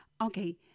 Okay